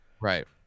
right